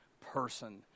person